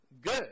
good